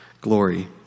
glory